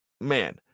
man